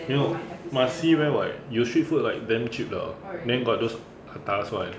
no must see where what you street food like damn cheap lah then got those atas [one]